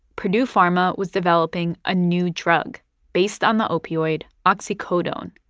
purdue pharma was developing a new drug based on the opioid oxycodone.